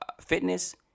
fitness